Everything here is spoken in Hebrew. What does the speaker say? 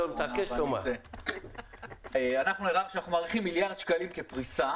אמרנו שאנחנו מעריכים עלות של כמיליארד שקלים לפריסה.